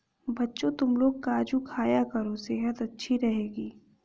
बच्चों, तुमलोग काजू खाया करो सेहत अच्छी रहेगी